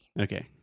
Okay